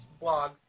blog